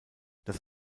das